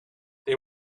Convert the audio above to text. they